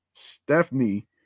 Stephanie